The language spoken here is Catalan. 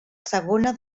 segona